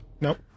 Nope